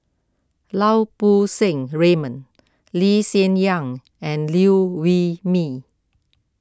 Lau Poo Seng Raymond Lee Hsien Yang and Liew Wee Mee